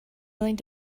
willing